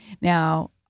Now